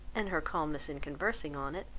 and her calmness in conversing on it,